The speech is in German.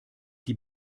die